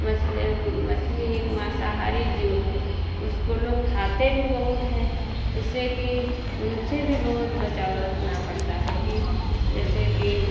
मछली मछली एक मांसाहारी जीव है उसको लोग खाते भी बहुत हैं इससे कि उनसे भी बहुत बचाव रखना पड़ता है कि जैसे कि